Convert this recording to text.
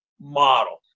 model